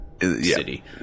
city